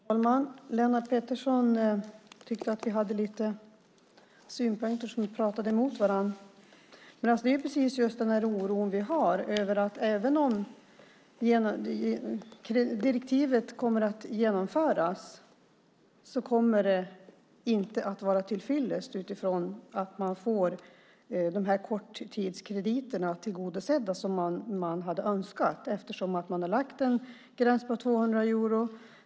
Herr talman! Lennart Pettersson tyckte att vi hade lite synpunkter som talar emot varandra. Men det är just denna oro vi har. Även om direktivet genomförs kommer det inte att vara tillfyllest. Kraven för korttidskrediterna blir inte tillgodosedda på det sätt vi hade önskat eftersom man har lagt en gräns på 200 euro.